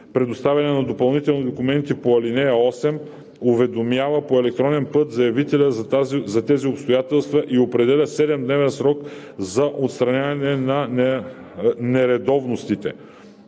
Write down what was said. представяне на допълнителни документи по ал. 8 уведомява по електронен път заявителя за тези обстоятелства и определя 7-дневен срок за отстраняване на нередовностите.